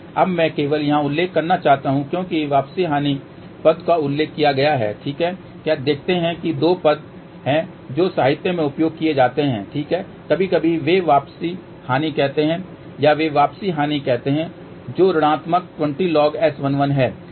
अब मैं केवल यहाँ उल्लेख करना चाहता हूँ क्योंकि वापसी हानि पद का उल्लेख किया गया है ठीक है देखते हैं कि दो पद हैं जो साहित्य में उपयोग किए जाते हैं ठीक है कभी कभी वे वापसी हानि कहते हैं यदि वे वापसी हानि कहते हैं जो ऋणात्मक 20 log S11 है